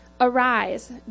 Arise